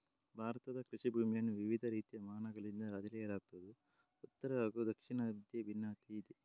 ಭಾರತದ ಕೃಷಿ ಭೂಮಿಗಳನ್ನು ವಿವಿಧ ರೀತಿಯ ಮಾನಗಳಿಂದ ಅಳೆಯಲಾಗುತ್ತಿದ್ದು ಉತ್ತರ ಹಾಗೂ ದಕ್ಷಿಣದ ಮಧ್ಯೆ ಭಿನ್ನತೆಯಿದೆ